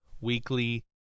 weekly